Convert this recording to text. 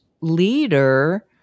leader